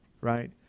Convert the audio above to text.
right